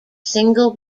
single